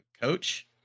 coach